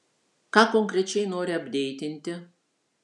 ką konkrečiai nori apdeitinti